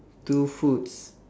two foods